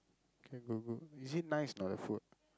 K good good is it nice or not the food